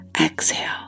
exhale